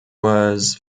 was